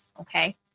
Okay